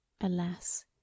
Alas